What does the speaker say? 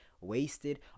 wasted